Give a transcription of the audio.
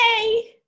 Yay